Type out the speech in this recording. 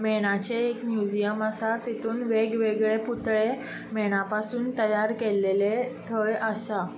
मेणाचें एक म्युझीयम आसा तातूंत वेग वेगळे पुतळे मेणा पासून तयार केल्ले थंय आसा